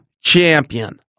champion